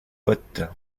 pote